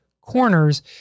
corners